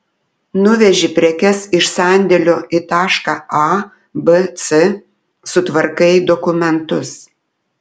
nuveži prekes iš sandėlio į tašką a b c sutvarkai dokumentus